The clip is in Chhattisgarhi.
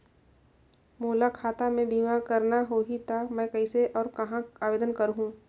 मोला खाता मे बीमा करना होहि ता मैं कइसे और कहां आवेदन करहूं?